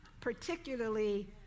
particularly